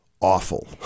awful